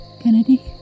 Kennedy